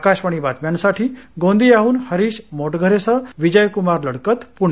आकाशवाणी बातम्यांसाठी गोंदियाहन हरिश मोटघरेसह विजयक्मार लडकत प्णे